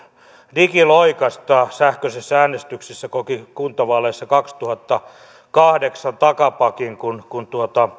digiloikasta sähköisessä äänestyksessä koki kuntavaaleissa kaksituhattakahdeksan takapakin kun kun